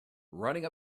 running